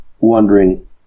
wondering